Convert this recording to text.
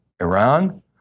Iran